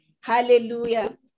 Hallelujah